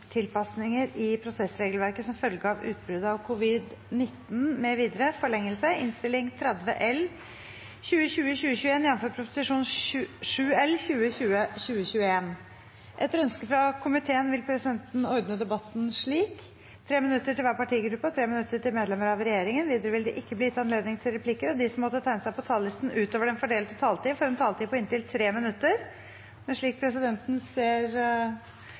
slik: 3 minutter til hver partigruppe og 3 minutter til medlemmer av regjeringen. Videre vil det ikke bli gitt anledning til replikker, og de som måtte tegne seg på talerlisten utover den fordelte taletid, får en taletid på inntil 3 minutter. Etter det presidenten